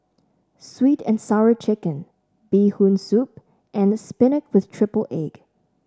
sweet and Sour Chicken Bee Hoon Soup and spinach with triple egg